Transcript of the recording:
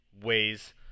ways